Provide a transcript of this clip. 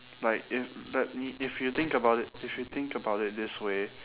like if that ne~ if you think about it if you think about it this way